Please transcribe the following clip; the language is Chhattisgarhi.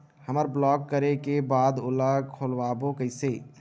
हमर ब्लॉक करे के बाद ओला खोलवाबो कइसे?